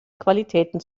qualitäten